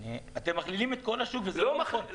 אתם מכלילים את כל השוק וזה לא נכון.